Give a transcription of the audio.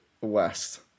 West